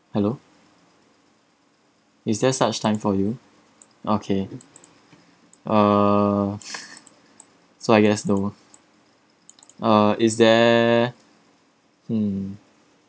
hello is there such time for you okay uh so I guess no uh is there hmm